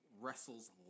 wrestles